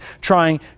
trying